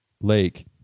lake